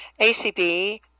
ACB